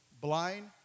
Blind